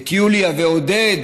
את יוליה ועודד,